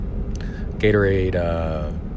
Gatorade